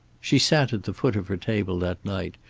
she sat at the foot of her table that night,